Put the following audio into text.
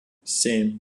семь